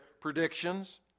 predictions